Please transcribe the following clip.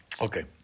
Okay